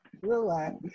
Relax